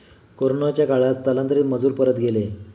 कोरोनाच्या काळात स्थलांतरित मजूर परत गेले